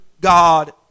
God